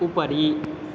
उपरि